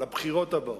לבחירות הבאות.